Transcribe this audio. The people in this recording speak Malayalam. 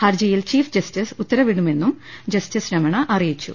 ഹർജിയിൽ ചീഫ് ജസ്റ്റിസ് ഉത്തരവിടു മെന്നും ജസ്റ്റിസ് രമണ അറിയിച്ചു